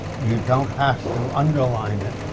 you don't have to underline it.